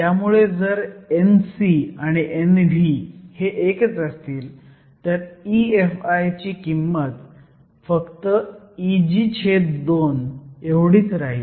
त्यामुळे जर Nc आणि Nv हे एकच असतील तर EFi ची किंमत फक्त Eg छेद 2 एवढीच राहिल